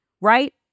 right